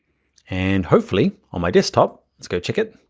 and hopefully on my desktop, let's go check it.